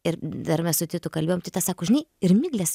ir dar mes su titu kalbėjom titas sako žinai ir miglės